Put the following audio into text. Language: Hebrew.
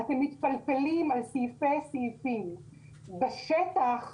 אתם מתפלפלים על סעיפי סעיפים אבל בשטח,